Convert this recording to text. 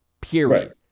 period